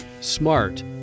smart